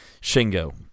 Shingo